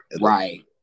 Right